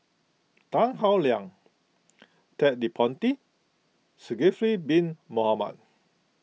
Tan Howe Liang Ted De Ponti Zulkifli Bin Mohamed